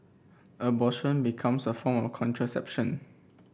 abortion becomes a form contraception